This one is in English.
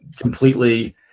completely